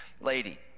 lady